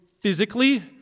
physically